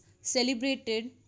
celebrated